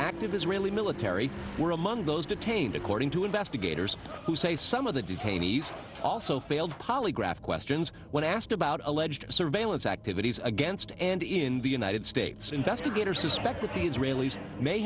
active israeli military were among those detained according to investigators who say some of the detainees also failed polygraph questions when asked about alleged surveillance activities against and in the united states investigators suspect that the israelis may